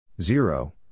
Zero